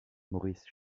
maurice